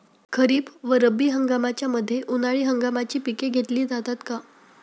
खरीप व रब्बी हंगामाच्या मध्ये उन्हाळी हंगामाची पिके घेतली जातात का?